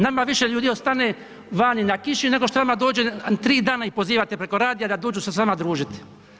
Nama više ljudi ostane vani na kiši, nego što vama dođe a 3 dana ih pozivate preko radija da dođu se s vama družiti.